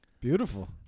Beautiful